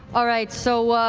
all right, so,